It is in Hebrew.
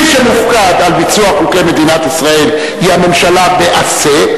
מי שמופקד על ביצוע חוקי מדינת ישראל הוא הממשלה ב"עשה",